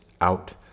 out